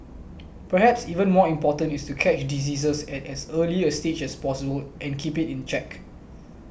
perhaps even more important is to catch diseases at as early a stage as possible and keep it in check